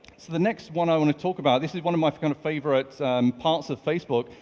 the next one i want to talk about, this is one of my kind of favourite parts of facebook.